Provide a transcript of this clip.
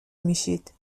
میشید